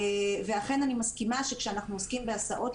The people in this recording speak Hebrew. אכן אני מסכימה שכאשר אנחנו עוסקים בהסעות,